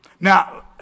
Now